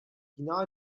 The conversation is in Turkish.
bina